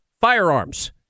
firearms